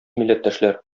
милләттәшләр